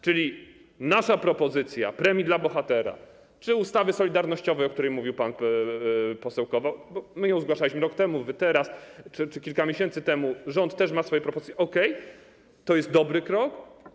Czyli nasza propozycja premii dla bohatera czy ustawy solidarnościowej, o której mówił pan poseł Kowal - my ją zgłaszaliśmy rok temu, wy teraz czy kilka miesięcy temu, rząd też ma swoje propozycje - to jest okej, to jest dobry krok.